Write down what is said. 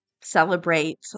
celebrate